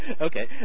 Okay